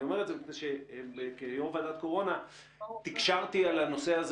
אני אומר את זה מפני שכיושב-ראש ועדת קורונה תקשרתי על הנושא הזה